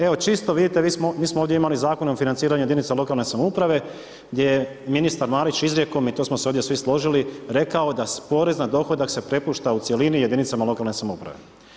Evo čisto vidite, mi smo ovdje imali Zakon o financiranju jedinica lokalne samouprave gdje je ministar Marić izrijekom i to smo se ovdje svi složili, rekao da porez na dohodak se prepušta u cjelini jedinicama lokalne samouprave.